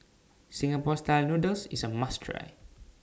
Singapore Style Noodles IS A must Try